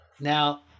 Now